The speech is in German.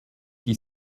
die